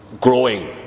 growing